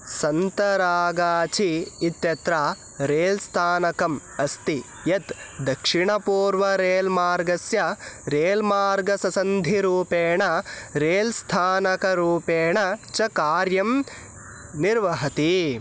सन्तरागाछि इत्यत्र रेल् स्थानकम् अस्ति यत् दक्षिणपूर्वरेल्मार्गस्य रेल् मार्गससन्धिरूपेण रेल् स्थानकरूपेण च कार्यं निर्वहति